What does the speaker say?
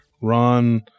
Ron